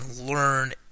learn